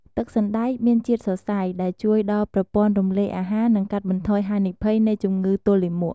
ទឹកសណ្តែកមានជាតិសរសៃ ដែលជួយដល់ប្រព័ន្ធរំលាយអាហារ និងកាត់បន្ថយហានិភ័យនៃជំងឺទល់លាមក។